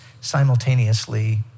simultaneously